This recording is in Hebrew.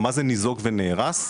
מה זה ניזוק ונהרס?